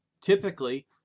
typically